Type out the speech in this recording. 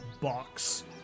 box